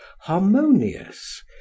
harmonious